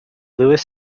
louis